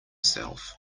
self